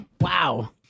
Wow